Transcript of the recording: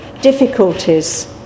difficulties